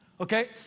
Okay